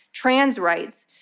trans rights,